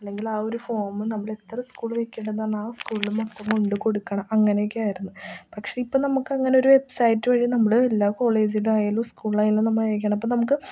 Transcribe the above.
അല്ലെങ്കിൽ ആ ഒരു ഫോമ് നമ്മളെത്ര സ്കൂള് വയ്ക്കേണ്ടതെന്ന് ആ സ്കൂളിൽ മൊത്തം കൊണ്ടുകൊടുക്കണം അങ്ങനെയൊക്കെ ആയിരുന്നു പക്ഷെ ഇപ്പം നമുക്ക് അങ്ങനെയൊരു വെബ്സൈറ്റ് വഴി നമ്മൾ എല്ലാ കോളേജിലായാലും സ്കൂളിലായാലും നമ്മൾ അയക്കണം അപ്പം നമുക്ക്